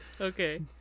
okay